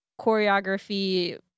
choreography